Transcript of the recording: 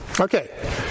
Okay